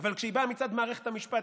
אבל כשהיא באה מצד מערכת המשפט,